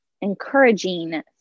encouraging